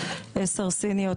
עשר סיניות,